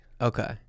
Okay